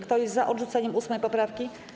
Kto jest za odrzuceniem 8. poprawki?